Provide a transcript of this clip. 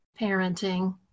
parenting